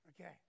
Okay